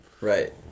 Right